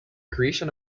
creation